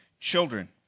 Children